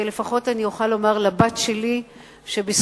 ולפחות אני אוכל לומר לבת שלי שבזכות